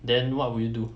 then what would you do